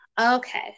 Okay